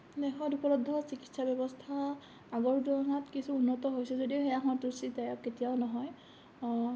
দেশত উপলব্ধ চিকিৎসা ব্যৱস্থা আগৰ তুলনাত কিছু উন্নত হৈছে যদিও সেয়া সন্তুষ্টিদায়ক কেতিয়াও নহয়